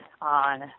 on